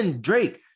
Drake